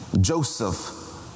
Joseph